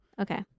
Okay